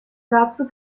dazu